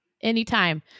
Anytime